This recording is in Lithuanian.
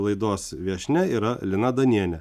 laidos viešnia yra lina danienė